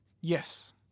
Yes